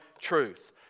truth